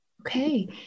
Okay